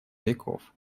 веков